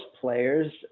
players